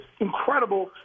incredible